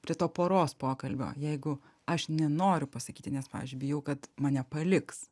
prie to poros pokalbio jeigu aš nenoriu pasakyti nes pavyzdžiui bijau kad mane paliks